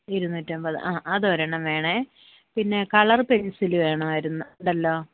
ഇരുനൂറ്റമ്പത് ആ അത് ഒരെണ്ണം വേണേ പിന്നെ കളർ പെൻസിൽ വേണമായിരുന്നു ഉണ്ടല്ലോ